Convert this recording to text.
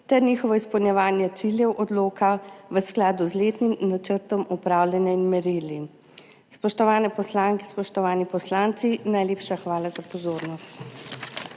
ter njihovo izpolnjevanje ciljev odloka v skladu z letnim načrtom upravljanja in merili. Spoštovane poslanke, spoštovani poslanci, najlepša hvala za pozornost.